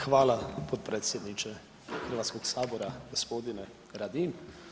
Hvala potpredsjedniče Hrvatskoga sabora gospodine Radin.